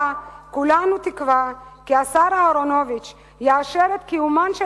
כולנו תקווה כי בפעם הבאה השר אהרונוביץ יאשר את קיומן של